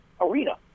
arena